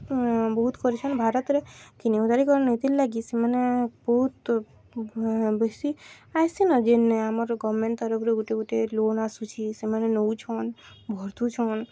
ବହୁତ୍ କରିଛନ୍ ଭାରତ୍ରେ ନୀତିର୍ ଲାଗି ସେମାନେ ବହୁତ୍ ବେଶୀ ଆଏସି ନା ଯେନ୍ନେ ଆମର୍ ଗଭର୍ଣ୍ଣମେଣ୍ଟ୍ ତରଫ୍ରୁ ଗୁଟେ ଗୁଟେ ଲୋନ୍ ଆସୁଛେ ସେମାନେ ନଉଛନ୍ ଭର୍ତୁଛନ୍